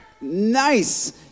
Nice